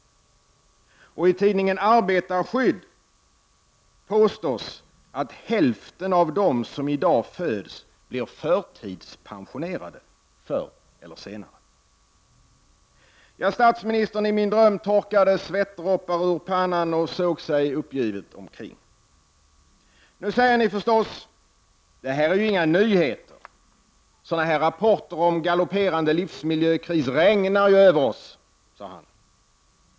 Och i tidningen Arbetarskydd påstås att ”hälften av dem som i dag föds blir förtidspensionerade — förr eller senare”. Statsministern i min dröm torkade svettdroppar ur pannan, såg sig uppgivet omkring och sade: Nu säger ni förstås: Det här är ju inga nyheter! Sådana här rapporter om en galopperande livsmiljökris regnar ju över oss!